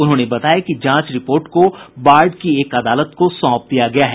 उन्होंने बताया कि जांच रिपोर्ट को बाढ़ की एक अदालत को सौंप दिया गया है